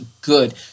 Good